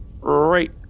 right